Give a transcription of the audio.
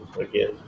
again